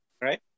right